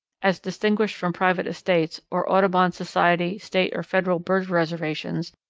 as distinguished from private estates, or audubon society, state, or federal bird reservations,